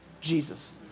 Jesus